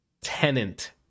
Tenant